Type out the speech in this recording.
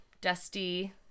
dusty